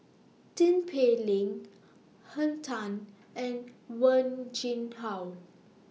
Tin Pei Ling Henn Tan and Wen Jinhua